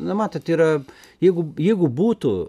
na matot yra jeigu jeigu būtų